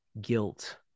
guilt